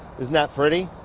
isn't that pretty?